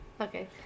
Okay